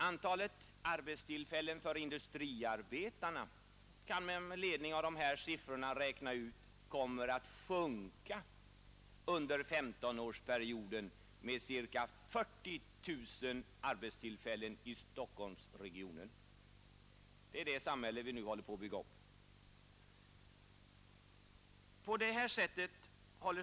Antalet arbetstillfällen för industriarbetarna kommer, med ledning av dessa siffror, att sjunka under 19S-årsperioden med ca 40 000 i Stockholmsregionen. Detta är det samhälle vi nu håller på att bygga upp.